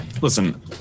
Listen